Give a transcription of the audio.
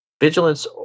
Vigilance